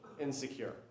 insecure